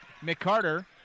McCarter